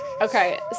Okay